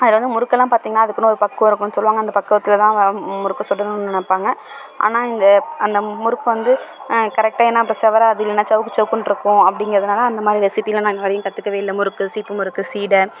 அதில் வந்து முறுக்கெல்லாம் பார்த்திங்கனா அதுக்குனு ஒரு பக்குவம் இருக்குனு சொல்லுவாங்க அந்த பக்குவத்தில்தான் முறுக்கு சுடணும்னு நினைப்பாங்க ஆனால் இந்த அந்த முறுக்கு வந்து கரெக்ட்டாக ஏன்னா அப்போ செவராது இல்லைனா சவுக்கு சவுக்குன்ருக்கும் அப்படிங்கறதுனால அந்த மாதிரி ரெஸிபீலாம் நான் இன்று வரையும் கற்றுக்கவே இல்லை முறுக்கு சீப்பு முறுக்கு சீடை